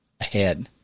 ahead